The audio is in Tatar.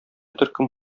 төркем